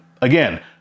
Again